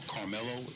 Carmelo